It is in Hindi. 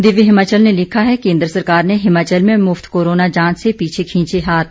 दिव्य हिमाचल ने लिखा है केन्द्र सरकार ने हिमाचल में मुफ्त कोरोना जांच से पीछे खींचे हाथ